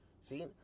See